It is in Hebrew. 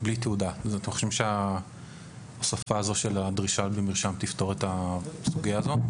אתם חושבים שההוספה של הדרישה למרשם תפתור את הסוגייה הזו?